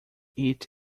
eat